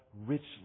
richly